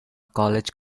college